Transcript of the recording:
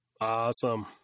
Awesome